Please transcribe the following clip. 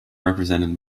represented